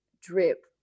drip